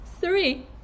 three